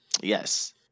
Yes